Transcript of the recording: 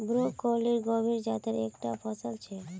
broccoli गोभीर जातेर एक टा फसल छे